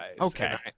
Okay